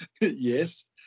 yes